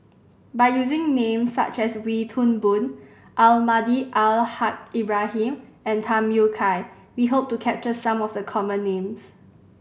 by using names such as Wee Toon Boon Almahdi Al Haj Ibrahim and Tham Yui Kai we hope to capture some of the common names